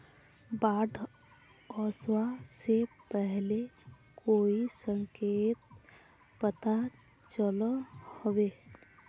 बाढ़ ओसबा से पहले कोई संकेत पता चलो होबे?